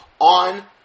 on